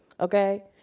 Okay